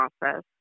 process